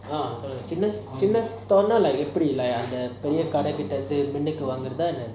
சொல்லுங்க சின்ன சின்ன:solunga chinna chinna store eh இல்ல பெரிய கடைலேந்து முன்னுக்கு வாங்குறத என்னது:illa periya kadailanthu minnuku vanguratha ennathu